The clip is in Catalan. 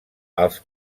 els